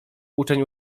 uczeń